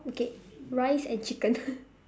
okay rice and chicken